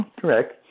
Correct